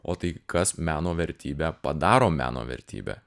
o tai kas meno vertybę padaro meno vertybe